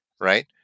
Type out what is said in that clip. right